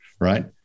right